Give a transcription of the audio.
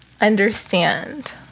understand